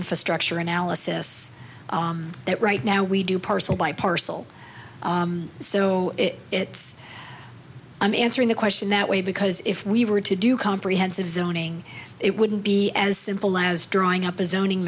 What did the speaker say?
infrastructure analysis that right now we do parcel by parcel so it's i'm answering the question that way because if we were to do comprehensive zoning it wouldn't be as simple as drawing up a zoning